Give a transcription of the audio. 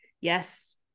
yes